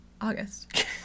August